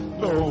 no